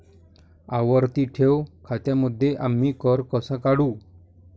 आवर्ती ठेव खात्यांमध्ये आम्ही कर कसा काढू?